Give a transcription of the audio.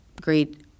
great